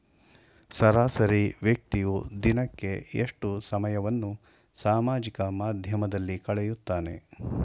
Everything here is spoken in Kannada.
ಸರಾಸರಿ ವ್ಯಕ್ತಿಯು ದಿನಕ್ಕೆ ಎಷ್ಟು ಸಮಯವನ್ನು ಸಾಮಾಜಿಕ ಮಾಧ್ಯಮದಲ್ಲಿ ಕಳೆಯುತ್ತಾನೆ?